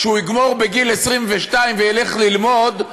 כשהוא יגמור בגיל 22 וילך ללמוד,